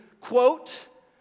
quote